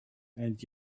and